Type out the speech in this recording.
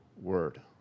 word